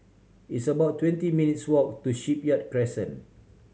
it's about twenty minutes' walk to Shipyard Crescent